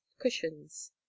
cushions